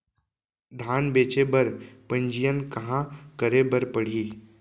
धान बेचे बर पंजीयन कहाँ करे बर पड़ही?